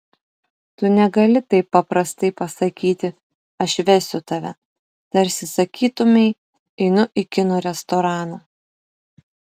tu negali taip paprastai pasakyti aš vesiu tave tarsi sakytumei einu į kinų restoraną